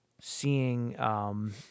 seeing